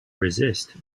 resist